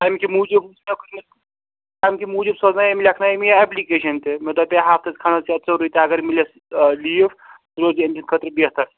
تَمکہِ موٗجوٗب تَمکہِ موٗجوٗب سوزنایے مےٚ لیٚکھنایے مےٚ یہِ ایپلِکیشَن تہِ مےٚ دوٚپے ہَفتَس کھنٛڈَس یا ژوٚرُے تہِ اگر میلٮ۪س آ لیٖو سُہ روٗزِہے أمۍ سٕنٛدِ خٲطرٕ بہتر